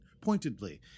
pointedly